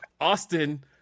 Austin